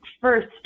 first